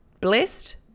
blessed